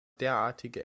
derartige